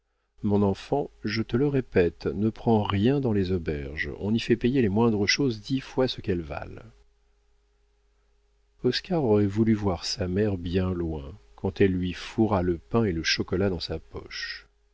mon enfant je te le répète ne prends rien dans les auberges on y fait payer les moindres choses dix fois ce qu'elles valent oscar aurait voulu voir sa mère bien loin quand elle lui fourra le pain et le chocolat dans sa poche